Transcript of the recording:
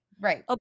right